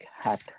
hat